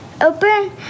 open